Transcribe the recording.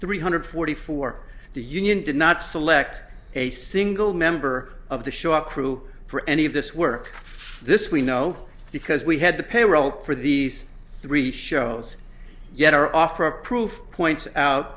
three hundred forty for the union did not select a single member of the show up crew for any of this work this we know because we had the payroll for the three shows yet our offer of proof points out